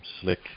slick